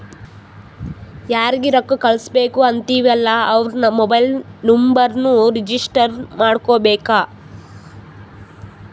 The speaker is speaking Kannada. ಯಾರಿಗ ರೊಕ್ಕಾ ಕಳ್ಸುಬೇಕ್ ಅಂತಿವ್ ಅಲ್ಲಾ ಅವ್ರ ಮೊಬೈಲ್ ನುಂಬರ್ನು ರಿಜಿಸ್ಟರ್ ಮಾಡ್ಕೋಬೇಕ್